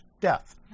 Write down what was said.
death